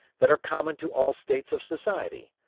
that are common to all states of society.